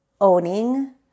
owning